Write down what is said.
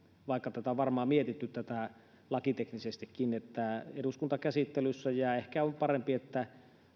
vaikka tätä on varmaan mietitty lakiteknisestikin että tämä on eduskuntakäsittelyssä ja ehkä on parempi että